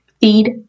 Feed